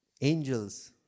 angels